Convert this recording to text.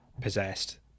possessed